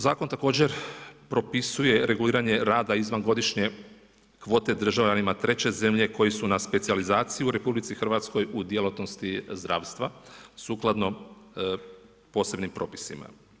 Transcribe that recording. Zakon također propisuje reguliranje rada izvan godišnje kvote državljanima treće zemlje koji su na specijalizaciji u RH u djelatnosti zdravstva, sukladno posebnim propisima.